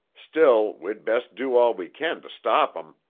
still, we'd best do all we can to stop em.